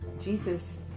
Jesus